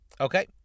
Okay